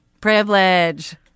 Privilege